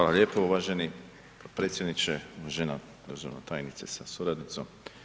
Hvala lijepo uvaženi podpredsjedniče, uvažena državna tajnice sa suradnicom.